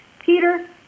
Peter